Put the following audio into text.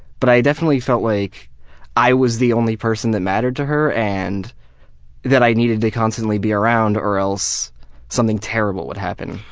but i definitely felt like i was the only person that mattered to her and that i needed to constantly be around or else something terrible would happen.